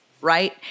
right